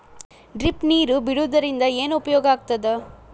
Drip ನೇರ್ ಬಿಡುವುದರಿಂದ ಏನು ಉಪಯೋಗ ಆಗ್ತದ?